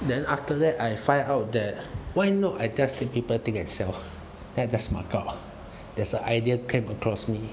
then after that I find out that I just give people thing and sell then I just mark out there's a idea came across me